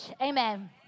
Amen